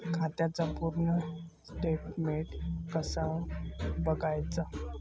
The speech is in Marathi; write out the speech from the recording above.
खात्याचा पूर्ण स्टेटमेट कसा बगायचा?